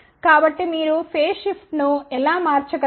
కాబట్టి మీరు phase shift ను ఎలా మార్చగలరు